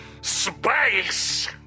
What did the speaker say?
Space